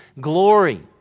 glory